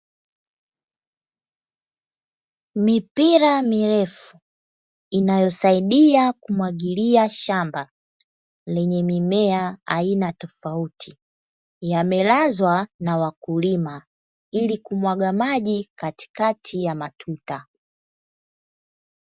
Mipira mirefu inayosaidia kumwagilia shamba lenye mimea aina tofauti, yamelazwa na wakulima ili kumwaga maji katikati ya matuta.